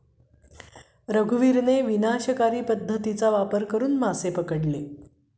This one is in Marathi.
रघुवीरने विनाशकारी पद्धतीचा वापर करून आठ क्विंटल मासे पकडले